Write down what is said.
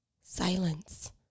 silence